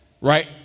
right